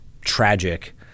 tragic